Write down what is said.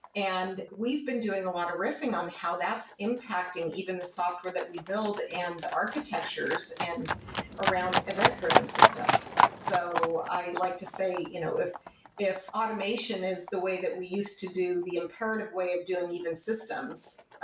and we've been doing a lot of riffing on how that's impacting even the software that we build and the architectures and around event-driven systems. so i like to say you know if if automation is the way that we use to do the imperative way of doing even systems,